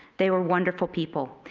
they were wonderful people.